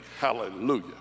Hallelujah